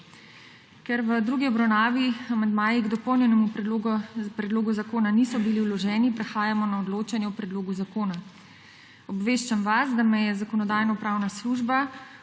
Ker v drugi obravnavi amandmaji k dopolnjenemu predlogu zakona niso bili vloženi, prehajamo na odločanje o predlogu zakona. Obveščam vas, da me Zakonodajno-pravna služba